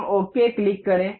हम okay click करें